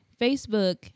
Facebook